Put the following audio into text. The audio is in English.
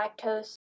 lactose